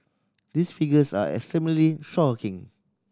these figures are extremely shocking